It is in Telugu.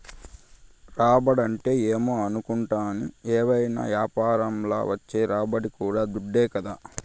రాబడంటే ఏమో అనుకుంటాని, ఏవైనా యాపారంల వచ్చే రాబడి కూడా దుడ్డే కదా